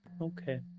okay